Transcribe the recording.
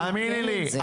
תאמיני לי,